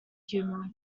humour